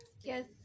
yes